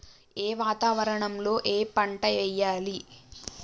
ఏ వాతావరణం లో ఏ పంట వెయ్యాలి?